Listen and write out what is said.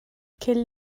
quelle